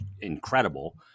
incredible